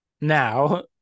now